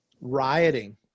rioting